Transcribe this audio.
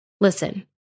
Listen